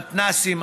מתנ"סים,